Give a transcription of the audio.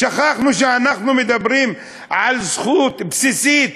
שכחנו שאנחנו מדברים על זכות בסיסית,